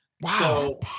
wow